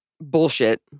bullshit